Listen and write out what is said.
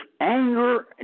anger